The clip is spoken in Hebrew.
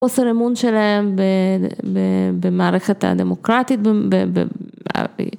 חוסר אמון שלהם במערכת הדמוקרטית.